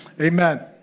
amen